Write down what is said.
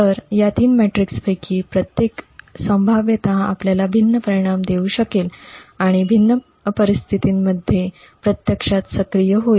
तर या तीन मेट्रिक्सपैकी प्रत्येक संभाव्यतः आपल्याला भिन्न परिणाम देऊ शकेल आणि भिन्न परिस्थितींमध्ये प्रत्यक्षात सक्रिय होईल